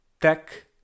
tech